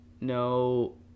No